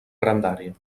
grandària